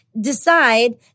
decide